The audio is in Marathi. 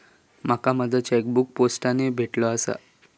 माका माझो चेकबुक पोस्टाने भेटले आसा